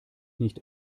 nicht